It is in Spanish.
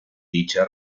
dicha